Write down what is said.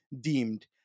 deemed